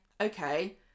okay